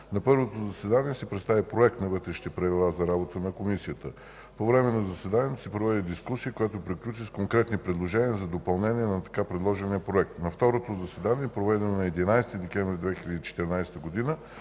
На първото заседание се представи Проект на Вътрешни правила за работата на Комисията. По време на заседанието се проведе дискусия, която приключи с конкретни предложения за допълнения на така предложения проект. На второто заседание, проведено на 11 декември 2014 г.,